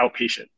outpatient